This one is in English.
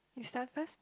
you start first